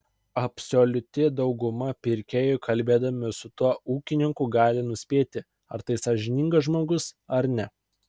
absoliuti dauguma pirkėjų kalbėdami su tuo ūkininku gali nuspėti ar tai sąžiningas žmogus ar ne